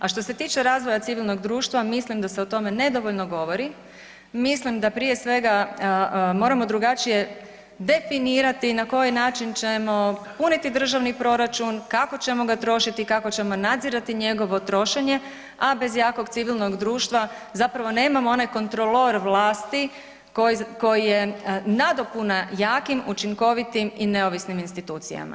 A što se tiče razvoja civilnog društva, mislim da se o tome nedovoljno govori, mislim da prije svega moramo drugačije definirati na koji način ćemo puniti državni proračun, kako ćemo ga trošiti i kako ćemo nadzirati njegovo trošenje, a bez jakog civilnog društva zapravo nemamo onaj kontrolor vlasti koji je nadopuna jakim, učinkovitim i neovisnim institucijama.